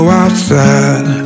outside